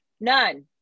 none